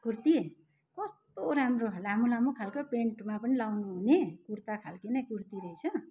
कुर्ती कस्तो राम्रो लामो लामो खाले पेन्टमा पनि लगाउनु हुने कुर्ता खाले नै कुर्ती रहेछ